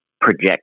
project